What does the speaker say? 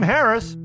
Harris